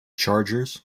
chargers